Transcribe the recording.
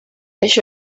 això